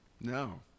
No